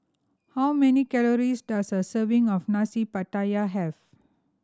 how many calories does a serving of Nasi Pattaya have